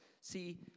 See